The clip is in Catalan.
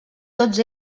tots